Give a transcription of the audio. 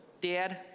dad